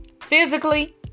physically